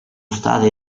state